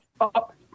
up